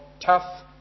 tough